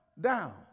down